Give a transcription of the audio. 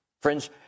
Friends